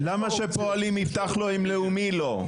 למה שפועלים יפתח לו אם לאומי לא?